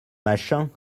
machin